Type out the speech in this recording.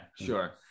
sure